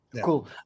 Cool